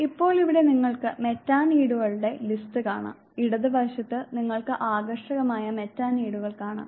ഇപ്പോൾ ഇവിടെ നിങ്ങൾക്ക് മെറ്റാനീഡുകളുടെ ലിസ്റ്റ് കാണാം ഇടത് വശത്ത് നിങ്ങൾക്ക് ആകർഷകമായ മെറ്റാനീഡുകൾ കാണാം